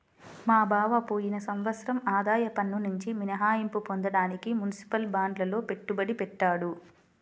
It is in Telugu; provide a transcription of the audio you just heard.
మా బావ పోయిన సంవత్సరం ఆదాయ పన్నునుంచి మినహాయింపు పొందడానికి మునిసిపల్ బాండ్లల్లో పెట్టుబడి పెట్టాడు